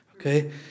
Okay